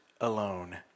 alone